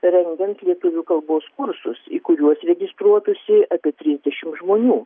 rengiant lietuvių kalbos kursus į kuriuos registruotųsi apie trisdešim žmonių